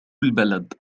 البلد